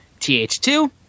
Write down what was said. TH2